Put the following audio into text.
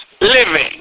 living